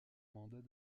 mandat